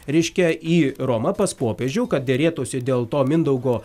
reiškia į romą pas popiežių kad derėtųsi dėl to mindaugo